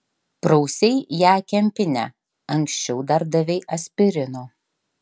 prausei ją kempine anksčiau dar davei aspirino